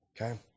Okay